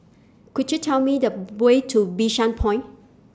Could YOU Tell Me The Way to Bishan Point